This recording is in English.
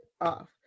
off